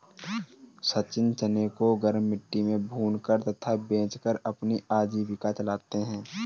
सचिन चने को गरम मिट्टी में भूनकर तथा बेचकर अपनी आजीविका चलाते हैं